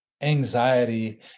anxiety